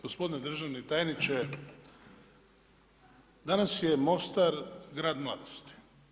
Gospodine državni tajniče, danas je Mostar grad mladosti.